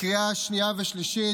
לקריאה שנייה ושלישית,